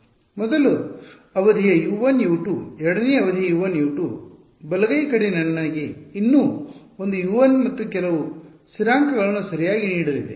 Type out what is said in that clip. ಮೊದಲ ಅವಧಿಯ U1 U 2 ಎರಡನೇ ಅವಧಿ U1 U2 ಬಲಗೈ ಕಡೆ ನನಗೆ ಇನ್ನೂ ಒಂದು U1 ಮತ್ತು ಕೆಲವು ಸ್ಥಿರಾಂಕಗಳನ್ನು ಸರಿಯಾಗಿ ನೀಡಲಿದೆ